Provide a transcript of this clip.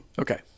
Okay